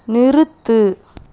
நிறுத்து